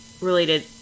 related